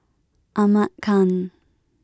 Ahmad Khan